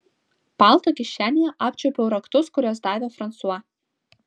palto kišenėje apčiuopiau raktus kuriuos davė fransua